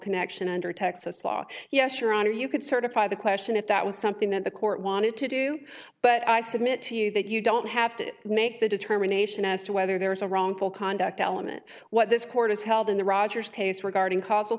connection under texas law yes your honor you could certify the question if that was something that the court wanted to do but i submit to you that you don't have to make the determination as to whether there is a wrongful conduct element what this court has held in the rogers case regarding causal